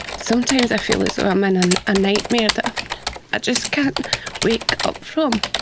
sometimes, i feel as though i'm and in a nightmare that i just can't wake up from.